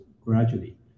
gradually